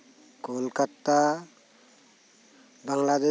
Kolkata